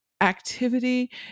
activity